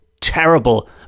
terrible